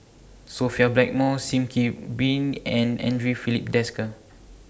Sophia Blackmore SIM Kee been and Andre Filipe Desker